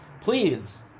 please